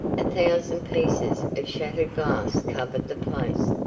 a thousand pieces of shattered glass covered the place.